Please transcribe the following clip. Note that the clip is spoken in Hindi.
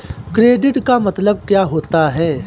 क्रेडिट का मतलब क्या होता है?